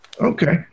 Okay